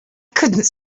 couldn’t